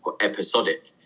episodic